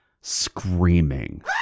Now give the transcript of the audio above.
screaming